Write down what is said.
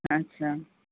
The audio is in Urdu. اچّھا